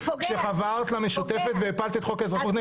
כשחברת למשותפת והפלת את חוק האזרחות,